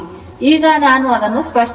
ಈಗ ನಾನು ಅದನ್ನು ಸ್ಪಷ್ಟಗೊಳಿಸುತ್ತೇನೆ